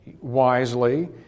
wisely